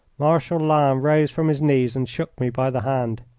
marshal lannes rose from his knees and shook me by the hand.